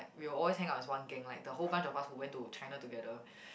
we will always hang out as one gang like the whole bunch of us who went to China together